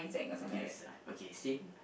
Liz ah okay same